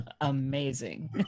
amazing